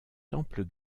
temple